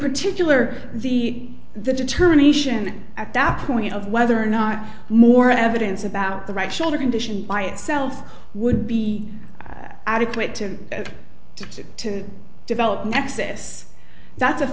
particular the the determination at that point of whether or not more evidence about the right shoulder condition by itself would be adequate to to develop nexus that